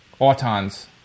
Autons